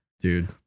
Dude